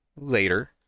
Later